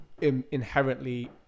inherently